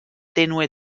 tenue